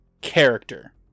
character